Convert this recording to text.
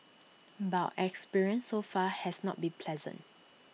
but experience so far has not been pleasant